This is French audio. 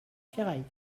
ferrailles